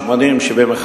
80,000,